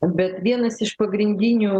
bet vienas iš pagrindinių